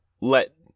let